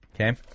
Okay